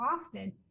often